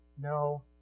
no